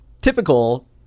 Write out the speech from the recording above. typical